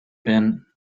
been